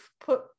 put